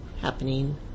happening